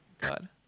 God